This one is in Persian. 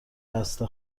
بسته